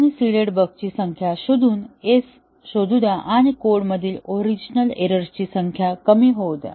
आणि सीडेड बग्सची संख्या s शोधू द्या आणि कोडमधील ओरिजिनल एररची संख्या कमी होऊ द्या